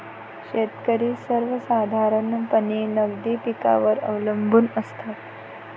शेतकरी सर्वसाधारणपणे नगदी पिकांवर अवलंबून असतात